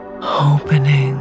opening